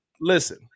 Listen